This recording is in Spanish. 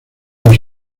los